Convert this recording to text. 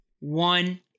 one